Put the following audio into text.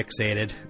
Fixated